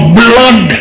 blood